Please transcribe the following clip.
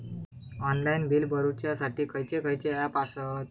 Online bill भरुच्यासाठी खयचे खयचे ऍप आसत?